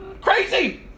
crazy